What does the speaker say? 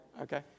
okay